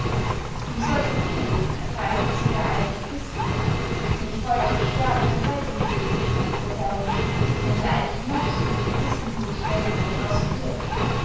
um solcher dinge willen ergreift sie der eifer christi mit feuer und schwerdt vertheidigen sie den besitz derselben wenn gleich noch so viel christenblut darüber vergossen wird